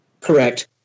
Correct